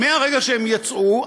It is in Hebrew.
מרגע שהם יצאו,